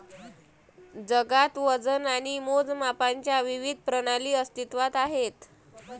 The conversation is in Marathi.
जगात वजन आणि मोजमापांच्या विविध प्रणाली अस्तित्त्वात आहेत